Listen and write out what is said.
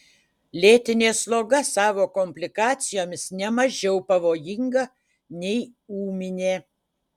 lėtinė sloga savo komplikacijomis ne mažiau pavojinga nei ūminė